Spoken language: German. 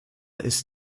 ist